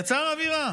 יצר אווירה.